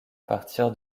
partir